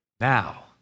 Now